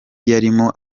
yarimo